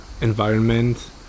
environment